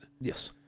Yes